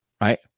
right